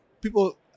people –